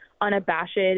unabashed